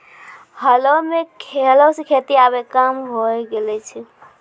हलो सें खेती आबे कम होय गेलो छै